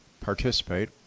participate